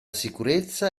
sicurezza